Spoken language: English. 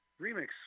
remix